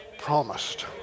promised